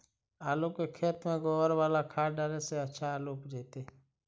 आलु के खेत में गोबर बाला खाद डाले से अच्छा आलु उपजतै?